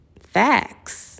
Facts